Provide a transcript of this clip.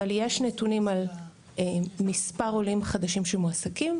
אבל יש נתונים על מספר עולים חדשים שמועסקים,